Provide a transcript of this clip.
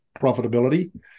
profitability